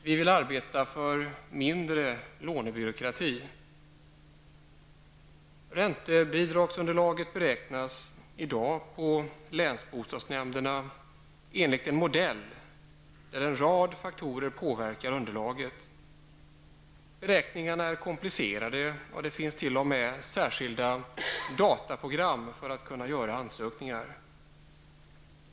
Vi vill arbeta för mindre lånebyråkrati. Räntebidragsunderlaget beräknas i dag på länsbostadsnämnderna enligt en modell där en rad faktorer påverkar underlaget. Beräkningarna är komplicerade, och det finns t.o.m. särskilda dataprogram med vilka man kan göra ansökningar.